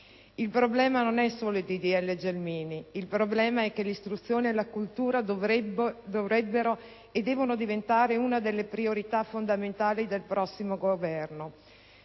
Il problema non è solo il disegno di legge Gelmini: il problema è che l'istruzione e la cultura dovrebbero e devono diventare una delle priorità fondamentali del prossimo Governo,